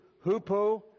hoopoe